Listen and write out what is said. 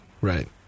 right